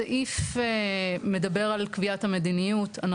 הסעיף הזה תוקן בשנת 2019, ממש לפני שלוש שנים.